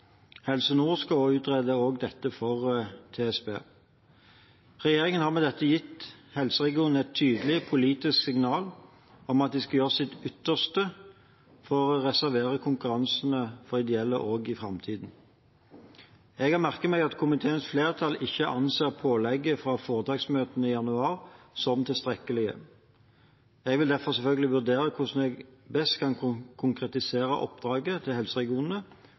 Helse Nord skal også utrede dette for TSB, tverrfaglig spesialisert rusbehandling. Regjeringen har med dette gitt helseregionene et tydelig politisk signal om at de skal gjøre sitt ytterste for å reservere konkurransene for ideelle, også i framtiden. Jeg har merket meg at komiteens flertall ikke anser pålegget fra foretaksmøtene i januar som tilstrekkelig. Jeg vil derfor selvfølgelig vurdere hvordan jeg best kan konkretisere oppdraget til helseregionene